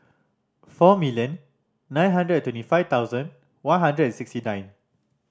four million nine hundred and twenty five thousand one hundred and sixty nine